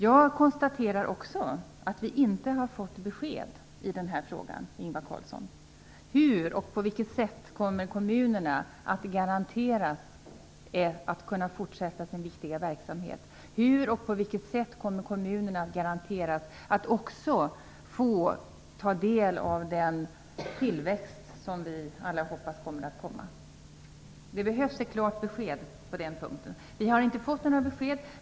Jag konstaterar också att vi inte har fått besked i denna fråga, Ingvar Carlsson. Hur och på vilket sätt kommer kommunerna att garanteras att kunna fortsätta sin viktiga verksamhet? Hur och på vilket sätt kommer kommunerna att garanteras att också få ta del av den tillväxt som vi alla hoppas kommer? Det behövs ett klart besked på den punkten. Vi har inte fått några besked.